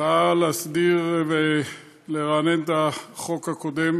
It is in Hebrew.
באה להסדיר ולרענן את החוק הקודם.